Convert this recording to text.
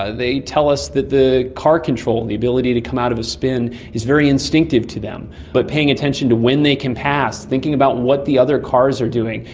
ah they tell us that the car control, the ability to come out of a spin is very instinctive to then. but paying attention to when they can pass, thinking about what the other cars are doing,